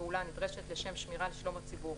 לפעולה הנדרשת לשם שמירה על שלום הציבור,